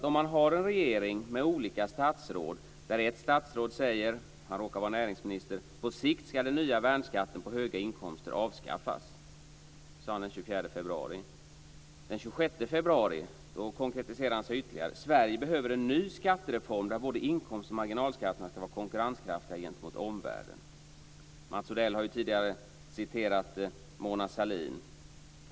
Om man har en regering med olika statsråd där ett statsråd säger - han råkar vara näringsminister: "På sikt ska den nya värnskatten på höga inkomster avskaffas." Det sade han den 24 februari. Den 26 februari konkretiserade han sig ytterligare: "Sverige behöver en ny skattereform där både inkomst och marginalskatterna ska vara konkurrenskraftiga gentemot omvärlden." Mats Odell har tidigare citerat Mona Sahlin.